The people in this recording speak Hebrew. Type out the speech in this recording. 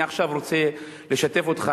אני עכשיו רוצה לשתף אותך,